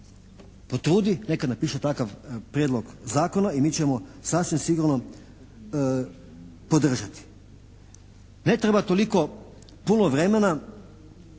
potrudi, neka napiše takav prijedlog zakona i mi ćemo sasvim sigurno podržati. Ne treba toliko puno vremena